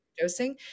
dosing